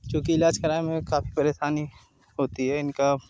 क्योंकि इलाज कराने में काफ़ी परेशानी होती है इनका